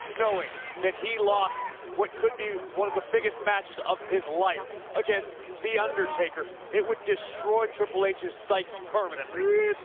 knowing that he lost what could be one of the biggest matches of his life against the undertaker. it would destroy triple h's psyche permanently.